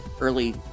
early